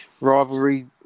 rivalry